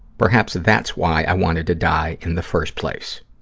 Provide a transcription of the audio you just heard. perhaps that's why i wanted to die in the first place.